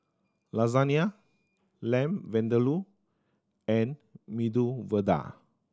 Lasagne Lamb Vindaloo and Medu Vada